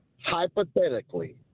Hypothetically